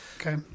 Okay